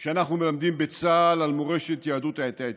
כשאנחנו מלמדים בצה"ל על מורשת יהדות העדה האתיופית,